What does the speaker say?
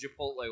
Chipotle